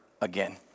again